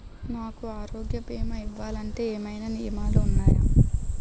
నాకు ఆరోగ్య భీమా ఇవ్వాలంటే ఏమైనా నియమాలు వున్నాయా?